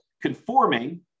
conforming